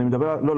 לא.